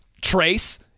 Trace